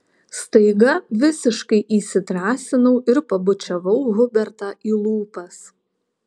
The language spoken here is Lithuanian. staiga visiškai įsidrąsinau ir pabučiavau hubertą į lūpas